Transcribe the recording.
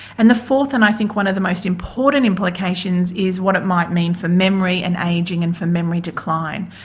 and the fourth and i think one of the most important implications is what it might mean for memory and ageing and for memory decline.